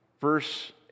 Verse